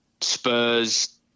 Spurs